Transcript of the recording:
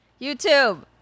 YouTube